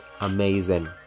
amazing